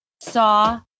saw